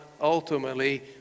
ultimately